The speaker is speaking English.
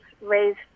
raised